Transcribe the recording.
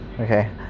okay